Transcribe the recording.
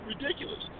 ridiculous